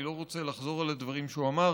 אני לא רוצה לחזור על הדברים שהוא אמר,